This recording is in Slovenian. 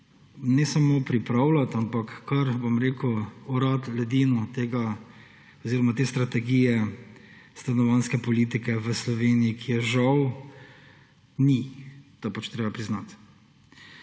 ne samo pripravljati, ampak kar orati ledino tega oziroma te strategije stanovanjske politike v Sloveniji, ki je žal ni in to je treba priznati.